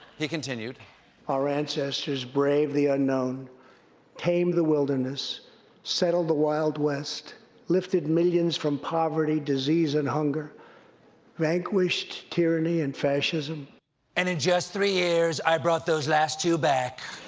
he continued our ancestors braved the unknown tamed the wilderness settled the wild west lifted millions from poverty, disease, and hunger vanquished tyranny and fascism. stephen and in just three years, i brought those last two back.